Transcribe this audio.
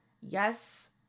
yes